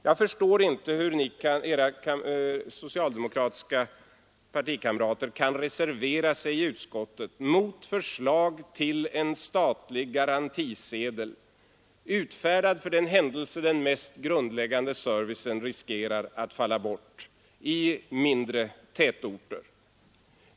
Jag förstår inte hur Edra partikamrater kan reservera sig i utskottet mot förslag till en statlig garantisedel utfärdad för den händelse den mest grundläggande servicen riskerar att falla bort i mindre tätorter.